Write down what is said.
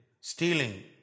stealing